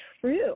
true